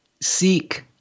seek